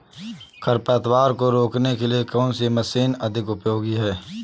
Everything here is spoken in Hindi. खरपतवार को रोकने के लिए कौन सी मशीन अधिक उपयोगी है?